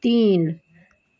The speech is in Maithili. तीन